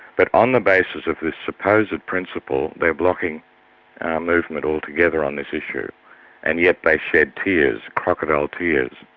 but on the basis of this supposed principle, they're blocking movement altogether on this issue and yet they shed tears, crocodile tears,